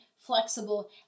flexible